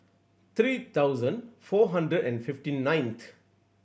three thousand four hundred and fifty ninth